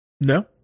No